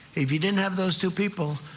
if you didn't have those two people,